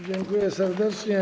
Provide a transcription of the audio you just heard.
Dziękuję serdecznie.